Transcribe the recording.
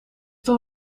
toch